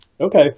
Okay